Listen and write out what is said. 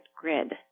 grid